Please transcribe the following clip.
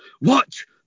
Watch